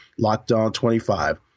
LOCKDOWN25